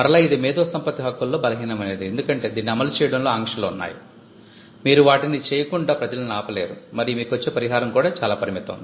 మరలా ఇది మేధో సంపత్తి హక్కులలో బలహీనమైనది ఎందుకంటే దీన్ని అమలు చేయడంలో ఆంక్షలు ఉన్నాయి మీరు వాటిని చేయకుండా ప్రజలను ఆపలేరు మరియు మీకొచ్చె పరిహారం కూడా చాలా పరిమితం